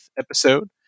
episode